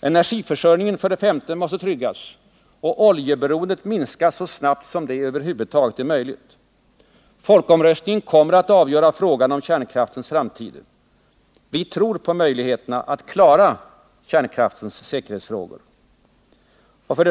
Energiförsörjningen måste tryggas och oljeberoendet minska så snabbt som det över huvud taget är möjligt. Folkomröstningen kommer att avgöra frågan om kärnkraftens framtid. Vi tror på möjligheten att klara kärnkraftens säkerhetsfrågor.